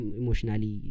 emotionally